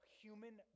human